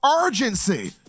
urgency